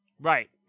Right